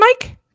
Mike